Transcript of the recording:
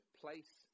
place